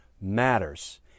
matters